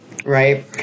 Right